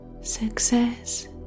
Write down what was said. Success